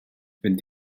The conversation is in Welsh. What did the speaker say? fynd